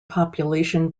population